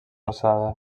alçada